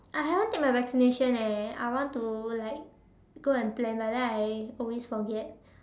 I haven't take my vaccination eh I want to like go and plan but then I always forget